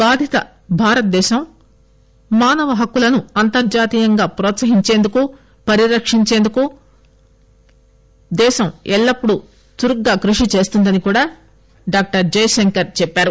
బాధిత భారతదేశం మానవ హక్కులను అంతర్జాతీయంగా ప్రోత్సహించేందుకు పరిరక్షించేందుకు ఎల్లప్పుడూ చురుగ్గా కృషి చేస్తోందని జైశంకర్ తెలిపారు